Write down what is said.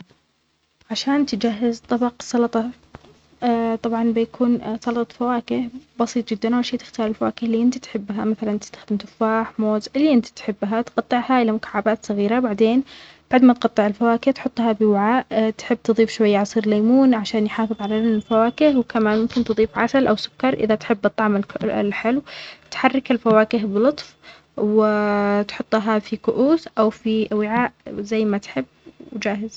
عشان تجهز طبق سلطة طبعاً بيكون سلطة فواكه بسيط جدا اول شي تختار الفواكه التي انت تحبها مثلا تستخدم تفاح أو موزاللي انت تحبها تقطعها إلى مكعبات صغيرة بعدين بعد ما تقطع الفواكهه تحطها بوعاء تحب تضيف شوي عصير ليمون عشان يحافظ على لون الفواكه وكمان ممكن تضيف عسل أو سكر إذا تحب الطعم الحلو تحرك الفواكه بلطف وتحطها في كؤوس أو في وعاء زي تحب وجاهز